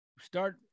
start